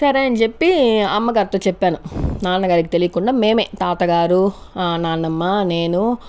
సరే అని చెప్పి అమ్మ గారితో చెప్పాను నాన్నగారికి తెలియకుండా మేమే తాతగారు నాన్నమ్మ నేను